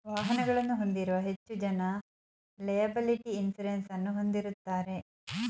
ವಾಹನಗಳನ್ನು ಹೊಂದಿರುವ ಹೆಚ್ಚು ಜನ ಲೆಯಬಲಿಟಿ ಇನ್ಸೂರೆನ್ಸ್ ಅನ್ನು ಹೊಂದಿರುತ್ತಾರೆ